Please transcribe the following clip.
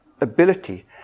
ability